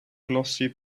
glossy